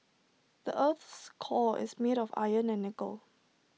the Earth's core is made of iron and nickel